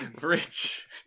Rich